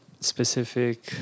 specific